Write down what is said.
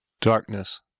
darkness